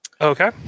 Okay